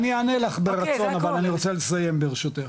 אני אענה לך, אבל אני רוצה לסיים ברשותך,